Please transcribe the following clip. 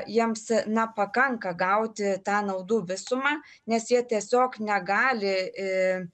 jiems na pakanka gauti tą naudų visumą nes jie tiesiog negali i